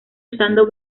usando